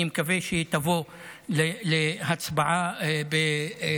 אני מקווה שהיא תבוא להצבעה בקרוב.